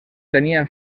tenia